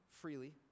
freely